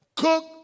cook